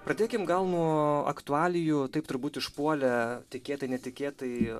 pradėkim gal nuo aktualijų taip turbūt išpuolė tikėtai netikėtai